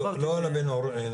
לא על הבין-עירוני.